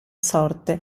sorte